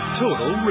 total